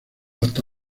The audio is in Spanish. hasta